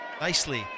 nicely